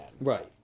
Right